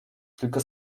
tylko